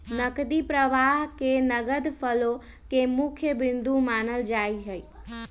नकदी प्रवाह के नगद फ्लो के मुख्य बिन्दु मानल जाहई